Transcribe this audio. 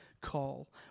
call